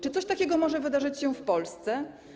Czy coś takiego może wydarzyć się w Polsce?